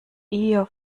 eher